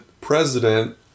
president